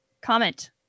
comment